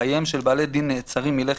חייהם של בעלי דין נעצרים מלכת,